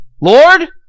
Lord